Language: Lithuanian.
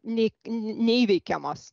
nei neįveikiamos